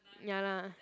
ya lah